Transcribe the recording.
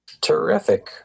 Terrific